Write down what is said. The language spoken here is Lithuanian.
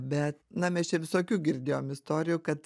bet na mes čia visokių girdėjom istorijų kad